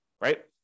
right